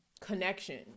connection